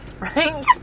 Right